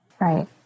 right